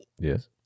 Yes